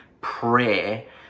prayer